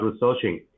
researching